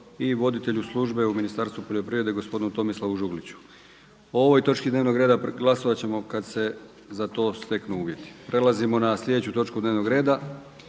i voditelju službe u Ministarstvu poljoprivrede gospodinu Tomislavu Žugliću. O ovoj točki dnevnog reda glasovat ćemo kad se za to steknu uvjeti. **Petrov, Božo (MOST)** Hvala vama.